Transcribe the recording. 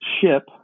ship